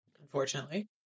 Unfortunately